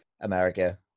America